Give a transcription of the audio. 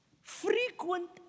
Frequent